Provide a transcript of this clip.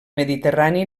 mediterrani